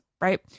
right